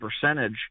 percentage